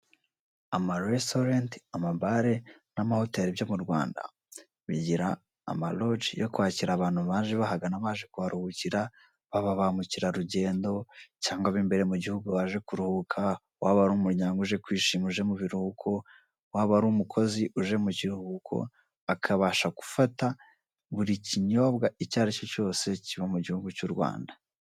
Amaresitorenti, amabare n'amahoteli byo mu Rwanda bigira amaloji yo kwakira bantu baje bahagana baje kuharuhukira, baba bamukerarugendo cyangwa ab'imbere mu gihugu baje kuruhuka, waba ari umuryango uje kwishima uje mu kiruhuko, waba ari umukozi uje mu kiruhuko akabasha kufata buri kinyobwa icyaricyo cyose kiba mu gihugu cy'u Rwanda.